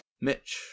Mitch